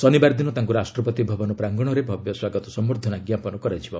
ଶନିବାର ଦିନ ତାଙ୍କୁ ରାଷ୍ଟ୍ରପତି ଭବନ ପ୍ରାଙ୍ଗଣରେ ଭବ୍ୟ ସ୍ୱାଗତ ସମ୍ଭର୍ଦ୍ଧନା ଜ୍ଞାପନ କରାଯିବ